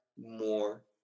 more